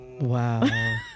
Wow